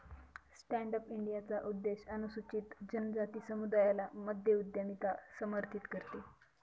stand up इंडियाचा उद्देश अनुसूचित जनजाति समुदायाला मध्य उद्यमिता समर्थित करते